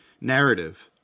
narrative